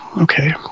okay